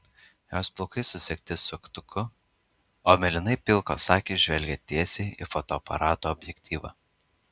jos plaukai susegti segtuku o mėlynai pilkos akys žvelgia tiesiai į fotoaparato objektyvą